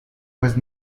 pues